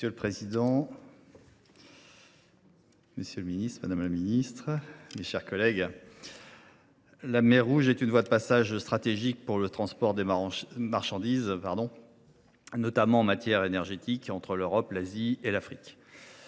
Monsieur le président, monsieur le secrétaire d’État, mes chers collègues, la mer Rouge est une voie de passage stratégique pour le transport des marchandises, notamment les produits énergétiques, entre l’Europe, l’Asie et l’Afrique.